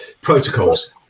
protocols